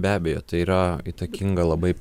be abejo tai yra įtakinga labai